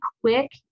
quick